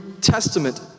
Testament